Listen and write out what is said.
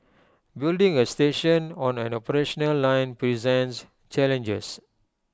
building A station on an operational line presents challenges